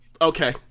Okay